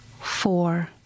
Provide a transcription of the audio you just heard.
Four